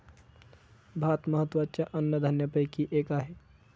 भात महत्त्वाच्या अन्नधान्यापैकी एक आहे